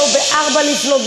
לא ב-04:00.